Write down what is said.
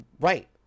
right